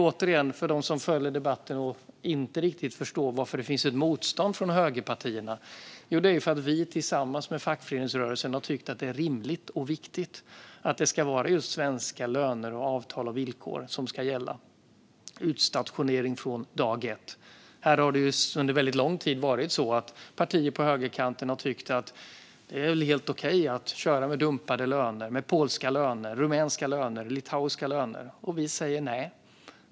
Återigen, för den som följer debatten och inte riktigt förstår varför det finns ett motstånd från högerpartierna: Tillsammans med fackföreningsrörelsen har vi alltså tyckt att det är rimligt och viktigt att det ska vara just svenska löner, avtal och villkor som ska gälla, det vill säga utstationering från dag ett. Här har det under lång tid varit så att partier på högerkanten har tyckt att det är helt okej att köra med dumpade löner - med polska, rumänska eller litauiska löner. Vi säger nej.